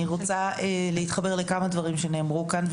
אני רוצה להתחבר לכמה דברים שנאמרו כאן,